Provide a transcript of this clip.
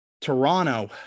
Toronto